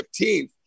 15th